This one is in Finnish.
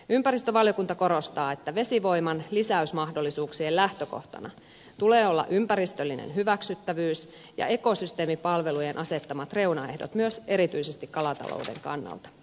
ympäristövaliokunta korostaa että vesivoiman lisäysmahdollisuuksien lähtökohtana tulee olla ympäristöllinen hyväksyttävyys ja ekosysteemipalvelujen asettamat reunaehdot myös erityisesti kalatalouden kannalta